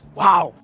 wow